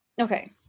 Okay